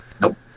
Nope